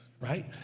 right